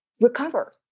recover